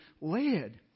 led